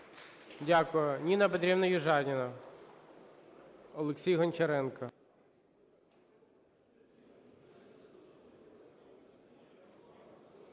Дякую. Ніна Петрівна Южаніна. Олексій Гончаренко.